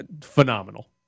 Phenomenal